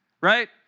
right